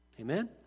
Amen